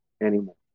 anymore